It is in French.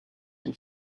une